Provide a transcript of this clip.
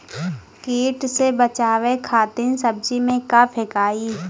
कीट से बचावे खातिन सब्जी में का फेकाई?